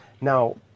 Now